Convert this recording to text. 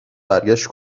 برگشت